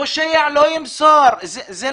פושע לא ימסור כלי נשק.